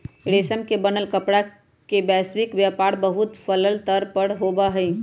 रेशम से बनल कपड़ा के वैश्विक व्यापार बहुत फैल्ल स्तर पर होबा हई